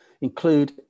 include